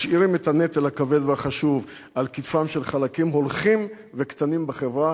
משאירים את הנטל הכבד והחשוב על כתפם של חלקים הולכים וקטנים בחברה,